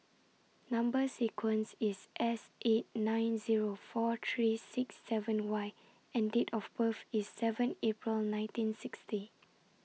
Number sequence IS S eight nine Zero four three six seven Y and Date of birth IS seven April nineteen sixty